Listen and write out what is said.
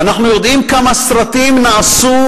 ואנחנו יודעים כמה סרטים נעשו,